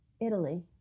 Italy